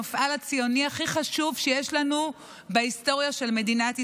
למפעל הציוני הכי חשוב שיש לנו בהיסטוריה של מדינת ישראל,